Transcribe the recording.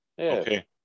Okay